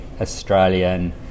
Australian